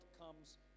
comes